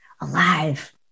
alive